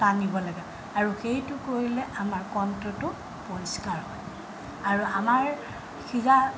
টানিব লাগে আৰু সেইটো কৰিলে আমাৰ কণ্ঠটো পৰিষ্কাৰ হয় আৰু আমাৰ শিৰা